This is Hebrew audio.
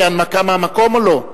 כהנמקה מהמקום או לא?